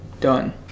done